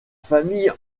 famille